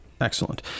excellent